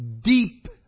deep